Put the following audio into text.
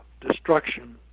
destruction